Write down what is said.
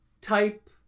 type